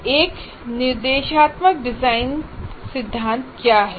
एक निर्देशात्मक डिजाइन सिद्धांत क्या है